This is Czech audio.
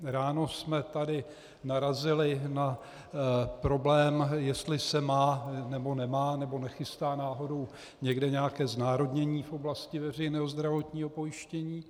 Ráno jsme tady narazili na problém, jestli se má, nebo nemá, nebo nechystá náhodou někde nějaké znárodnění v oblasti veřejného zdravotního pojištění.